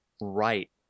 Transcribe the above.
right